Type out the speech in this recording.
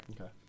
Okay